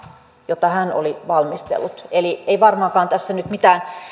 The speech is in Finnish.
jota hän oli valmistellut eli ei varmaankaan tässä nyt mitään